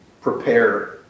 Prepare